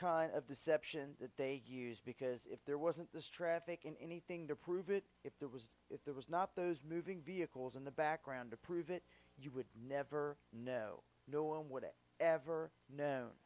kind of deception that they use because if there wasn't this traffic in anything to prove it if the if there was not those moving vehicles in the background to prove it you would never know no one would it ever known